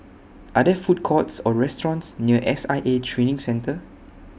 Are There Food Courts Or restaurants near S I A Training Centre